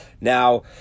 Now